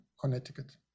Connecticut